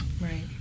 Right